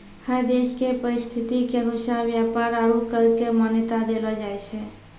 हर देश के परिस्थिति के अनुसार व्यापार आरू कर क मान्यता देलो जाय छै